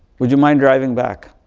would you mind driving back?